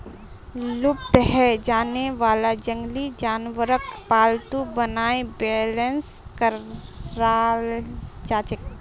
लुप्त हैं जाने वाला जंगली जानवरक पालतू बनाए बेलेंस कराल जाछेक